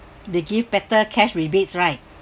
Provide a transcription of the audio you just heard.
they give better cash rebates right